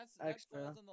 extra